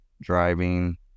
driving